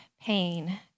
pain